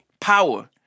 power